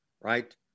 right